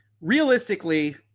Realistically